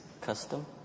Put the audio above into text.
custom